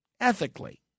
ethically